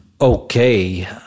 okay